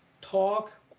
talk